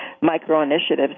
micro-initiatives